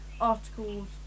articles